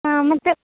ಹಾಂ ಮತ್ತೆ